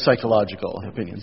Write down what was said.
psychological opinion